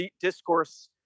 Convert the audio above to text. discourse